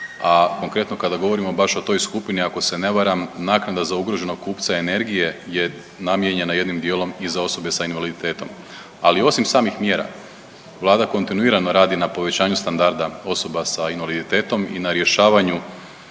A konkretno kada govorimo baš o toj skupini ako se ne varam, naknada za ugroženog kupca energije je namijenjena jednim dijelom i za osobe sa invaliditetom. Ali osim samih mjera Vlada kontinuirano radi na povećanju standarda osoba sa invaliditetom i na rješavanju